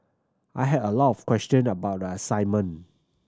I had a lot of question about the assignment